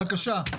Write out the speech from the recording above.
בבקשה.